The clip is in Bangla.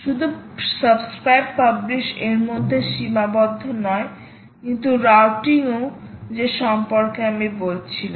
শুধু সাবস্ক্রাইব পাবলিশ এর মধ্যে সীমাবদ্ধ নয় কিন্তু রাউটিং ও যে সম্পর্কে আমি বলেছিলাম